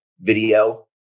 video